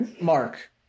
Mark